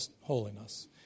holiness